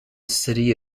city